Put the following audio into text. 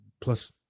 plus